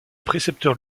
précepteur